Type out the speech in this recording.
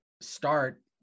start